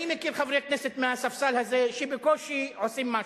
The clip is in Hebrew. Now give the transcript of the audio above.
אני מכיר חברי כנסת מהספסל הזה שבקושי עושים משהו,